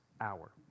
hour